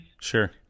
Sure